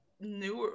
newer